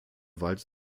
wald